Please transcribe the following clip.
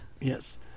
Yes